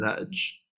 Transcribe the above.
edge